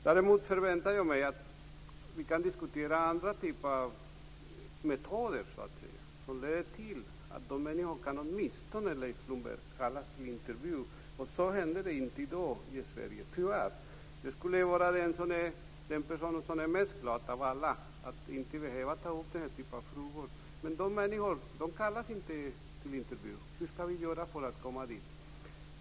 Däremot förväntar jag mig att vi kan diskutera andra typer av metoder som kan leda till att dessa människor åtminstone kallas till intervju, Leif Blomberg. Så sker inte i dag i Sverige - tyvärr. Jag skulle vara den gladaste personen av alla om jag inte behövde ta upp den här typen av frågor, men dessa människor kallas inte till intervju. Hur skall vi göra för att komma dit?